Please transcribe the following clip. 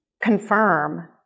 confirm